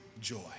joy